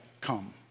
come